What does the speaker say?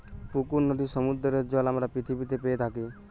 পুকুর, নদীর, সমুদ্রের জল আমরা পৃথিবীতে পেয়ে থাকি